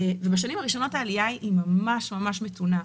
ובשנים הראשונות העלייה ממש מתונה.